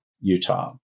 Utah